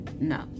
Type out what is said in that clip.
no